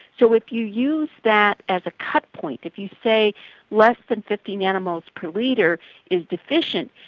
so if you use that as a cut point, if you say less than fifty nanomoles per litre is deficient,